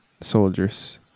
Soldiers